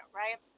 right